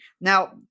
Now